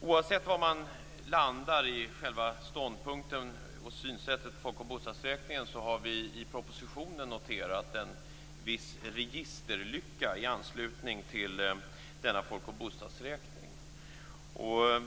Oavsett var man landar i själva ståndpunkten och synsättet vad gäller folk och bostadsräkningen har vi i propositionen noterat en viss registerlycka i anslutning till denna folk och bostadsräkning.